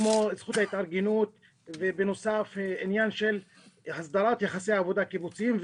כמו את זכות ההתארגנות ובנוסף עניין של הסדרת יחסי עבודה קיבוציים,